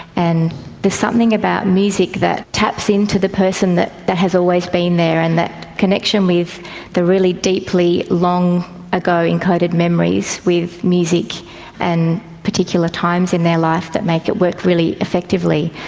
and there's something about music that taps into the person that that has always been there and that connection with the really deeply long ago encoded memories with music and particular times in their life that make it work really effectively.